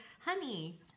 honey